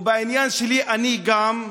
ובעניין שלי גם,